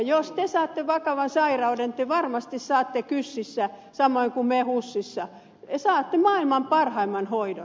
jos te saatte vakavan sairauden te varmasti saatte kysissä samoin kuin me husissa maailman parhaimman hoidon